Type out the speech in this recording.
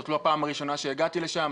זאת לא הפעם הראשונה שהגעתי לשם,